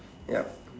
ya